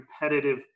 competitive